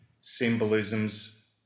symbolisms